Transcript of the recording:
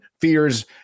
fears